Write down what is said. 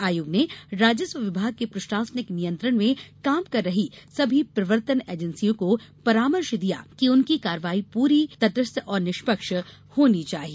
आयोग ने राजस्व विभाग के प्रशासनिक नियंत्रण में काम कर रही सभी प्रवर्तन एजेंसियों को परामर्श दिया है कि उनकी कार्रवाई पूरी तरह तटस्थ और निष्पक्ष होनी चाहिए